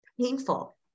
painful